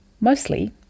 Mostly